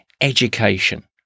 education